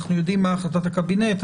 אנחנו יודעים מה החלטת הקבינט.